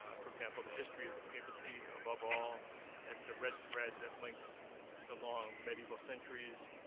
ah for example, the history of the papacy above all as the red thread that linked the long medieval centuries.